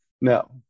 no